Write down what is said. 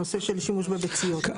הנושא של שימוש בביציות.